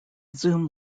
zoom